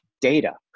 data